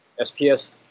SPS